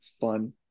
fun